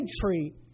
tree